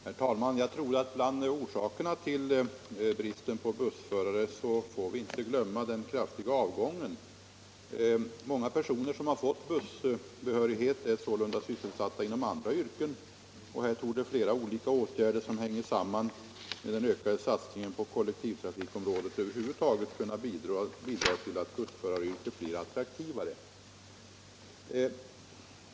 Herr talman! Bland orsakerna till bristen på bussförare får vi inte glömma den kraftiga avgången från yrket. Många personer, som har fått behörighet .som bussförare, är sålunda sysselsatta inom andra yrken. Här torde flera olika åtgärder som hänger samman med den ökade satsningen på kollektivtrafikområdet över huvud taget kunna bidra till att bussföraryrket blir attraktivare.